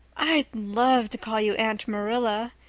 i'd love to call you aunt marilla,